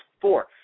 Four